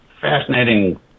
fascinating